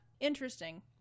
Interesting